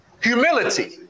humility